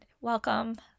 Welcome